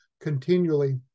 continually